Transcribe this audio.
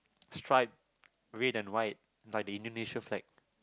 strip red and white like the Indonesian flag